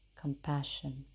compassion